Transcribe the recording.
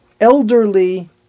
elderly